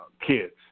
kids